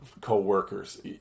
coworkers